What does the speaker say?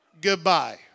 goodbye